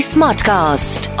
Smartcast